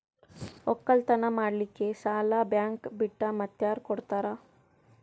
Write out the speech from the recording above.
ಒಕ್ಕಲತನ ಮಾಡಲಿಕ್ಕಿ ಸಾಲಾ ಬ್ಯಾಂಕ ಬಿಟ್ಟ ಮಾತ್ಯಾರ ಕೊಡತಾರ?